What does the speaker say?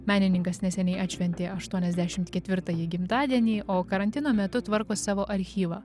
menininkas neseniai atšventėaštuoniasdešimt ketvirtąjį gimtadienį o karantino metu tvarko savo archyvą